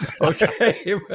Okay